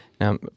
Now